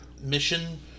mission